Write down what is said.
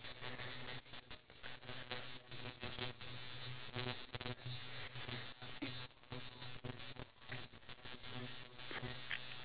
ya so you want the society to function much more well if all individuals in the society is able to interact